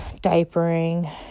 diapering